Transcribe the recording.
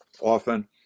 often